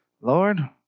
Lord